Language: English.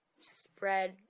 spread